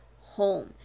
home